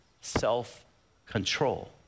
self-control